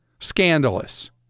scandalous